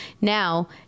Now